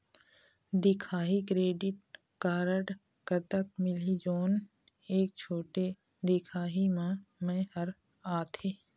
दिखाही credit card कतक मिलही जोन एक छोटे दिखाही म मैं हर आथे?